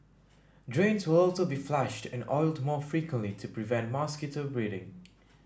drains will also be flushed and oiled more frequently to prevent mosquito breeding